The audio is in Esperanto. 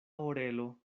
orelo